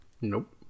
Nope